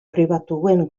pribatuen